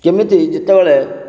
କେମିତି ଯେତେବେଳେ